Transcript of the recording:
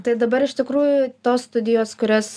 tai dabar iš tikrųjų tos studijos kurias